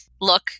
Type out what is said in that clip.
look